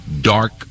dark